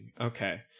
Okay